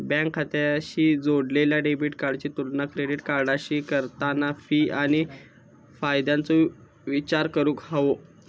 bank खात्याशी जोडलेल्या debit कार्डाची तुलना क्रेडिट कार्डाशी करताना फी आणि फायद्याचो विचार करूक हवो